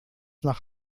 nach